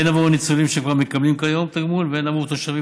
הן עבור הניצולים שכבר מקבלים כיום תגמול והן עבור תושבים